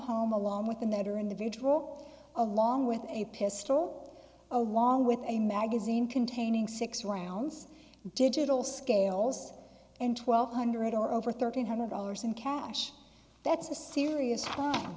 home along with them that are individual along with a pistol along with a magazine containing six rounds digital scales and twelve hundred or over thirteen hundred dollars in cash that's a serious crime